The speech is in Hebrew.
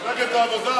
ההצעה להעביר